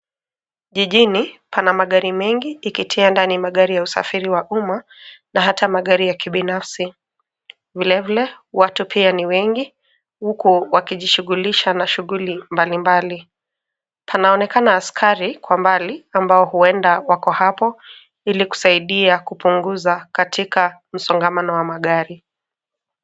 Jijini pana magari mengi ikitia ndani magari ya usafiri wa umma na hata magari ya kibinafsi. Vilevile watu pia ni wengu huku wakijishughulisha na shughuli mbalimbali. Panaonekana askari kwa mbali ambao huenda wako hapo ili kusaidia kupunguza katika msongamano wa magari.